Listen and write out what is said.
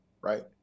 right